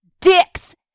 dicks